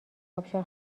ابشار